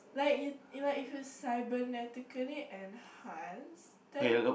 like you like if you cybernetically enhance then